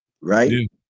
Right